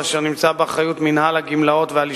לא,